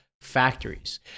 factories